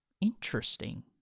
Interesting